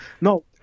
No